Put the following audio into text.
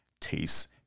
taste